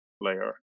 layer